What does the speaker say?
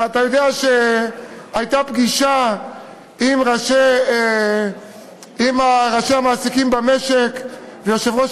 אתה יודע שהייתה פגישה עם ראשי המעסיקים במשק ויושב-ראש